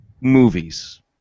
movies